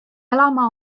elama